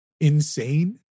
insane